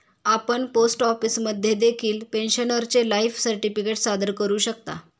आपण पोस्ट ऑफिसमध्ये देखील पेन्शनरचे लाईफ सर्टिफिकेट सादर करू शकता